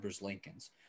Lincolns